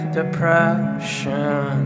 depression